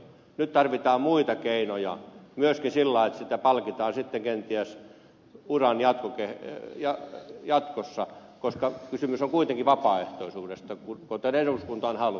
nyt tarvitaan muita keinoja myöskin sillä lailla että palkitaan kenties uran jatkossa koska kysymys on kuitenkin vapaaehtoisuudesta kuten eduskunta on halunnut